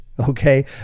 Okay